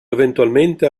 eventualmente